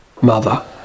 mother